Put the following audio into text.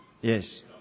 Yes